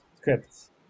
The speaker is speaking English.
scripts